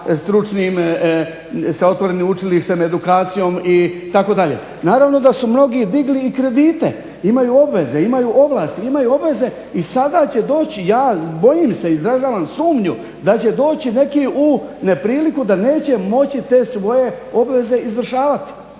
stručnim, sa otvorenim učilištem, edukacijom itd. Naravno da su mnogi digli i kredite, imaju obveze, imaju ovlasti, imaju obveze i sada će doći, ja bojim se, izražavam sumnju da će doći neki u nepriliku da neće moći te svoje obveze izvršavati.